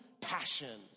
passion